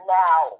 now